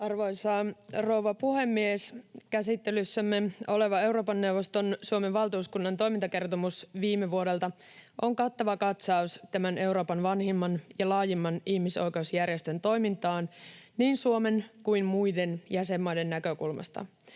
Arvoisa rouva puhemies! Käsittelyssämme oleva Euroopan neuvoston Suomen valtuuskunnan toimintakertomus viime vuodelta on kattava katsaus tämän Euroopan vanhimman ja laajimman ihmisoikeusjärjestön toimintaan niin Suomen kuin muiden jäsenmaiden näkökulmasta.